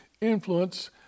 influence